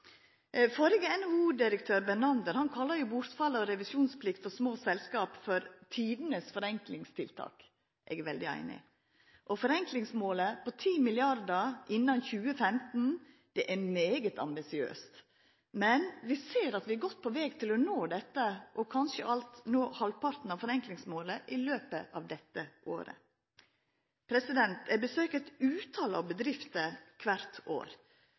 av revisjonsplikta for små selskap for «tidenes forenklingstiltak». Eg er veldig einig. Forenklingsmålet på 10 mrd. kr innan 2015 er veldig ambisiøst, men vi ser at vi er godt på veg til å nå kanskje halvparten av forenklingsmålet i løpet av dette året. Eg besøker eit utal bedrifter kvart år,